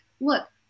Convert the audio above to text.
look